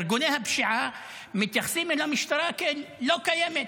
ארגוני הפשיעה מתייחסים אל המשטרה כלא קיימת.